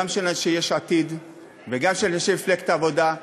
גם של אנשי יש עתיד וגם של אנשי מפלגת העבודה,